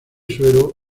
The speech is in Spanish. suero